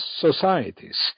societies